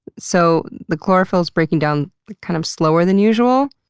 so the chlorophyll is breaking down kind of slower than usual,